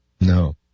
No